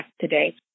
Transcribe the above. today